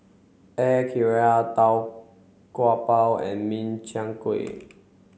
Air Karthira Tau Kwa Pau and Min Chiang Kueh